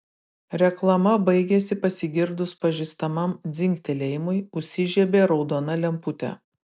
reklama baigėsi pasigirdus pažįstamam dzingtelėjimui užsižiebė raudona lemputė